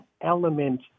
element